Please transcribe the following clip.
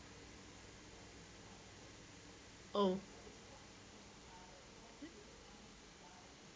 oh